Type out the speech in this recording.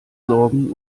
sorgen